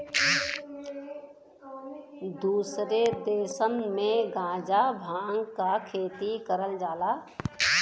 दुसरे देसन में गांजा भांग क खेती करल जाला